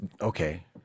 Okay